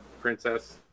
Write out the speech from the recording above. princess